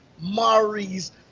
Maurice